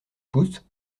pousses